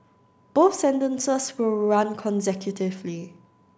both sentences will run consecutively